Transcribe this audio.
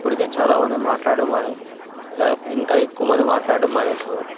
ఇప్పడికే చాలా మంది మాట్లాడటం మానే లేకపోతే ఇంకా ఎక్కువ మంది మాట్లాడటం మానేసేవారు